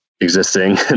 existing